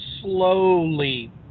slowly